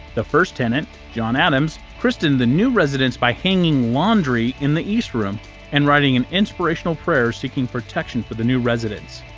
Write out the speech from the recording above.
the first tenant, john adams, christened the new residence by hanging laundry in the east room and writing an inspirational prayer, seeking protection for the new residence.